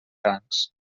francs